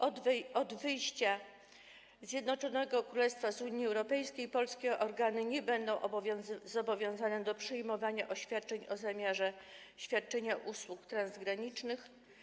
Od wyjścia Zjednoczonego Królestwa z Unii Europejskiej polskie organy nie będą zobowiązane do przyjmowania oświadczeń o zamiarze świadczenia usług transgranicznych.